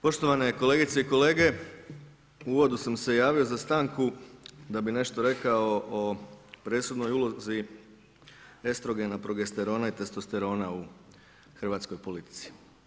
Poštovane kolegice i kolege, u uvodu sam se javio za stanku, da bi nešto rekao o presudnoj ulozi, estrogena, prostorna i testosterona u hrvatskoj politici.